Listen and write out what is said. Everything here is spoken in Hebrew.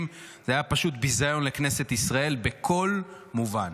זה היה פשוט ביזיון לכנסת ישראל בכל מובן.